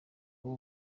aba